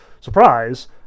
surprise